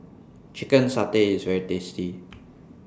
Chicken Satay IS very tasty